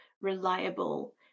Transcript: reliable